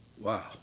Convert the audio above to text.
Wow